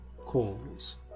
calls